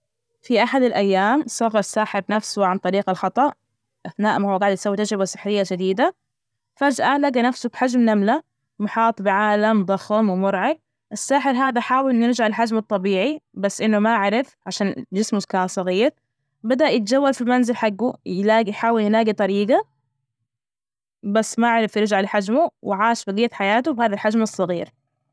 في أحد الأيام، سحر الساحر نفسه عن طريق الخطأ أثناء ما هو جاعد يسوي تجربة سحرية جديدة. فجأة لجى نفسه بحجم نملة محاط بعالم ضخم ومرعب، الساحر هذا، حاول إنه يرجع للحجم الطبيعي، بس إنه ما عرف عشان جسمه كان صغير، بدء يتجول في المنزل حجه، يلاقي- يحاول يلاقي طريقة، بس ما عرف يرجع لحجمه وعاش بجية حياته بهذا الحجم الصغير.